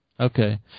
Okay